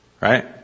Right